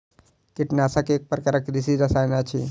कीटनाशक एक प्रकारक कृषि रसायन अछि